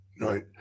right